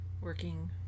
working